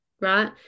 right